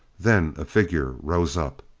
then a figure rose up.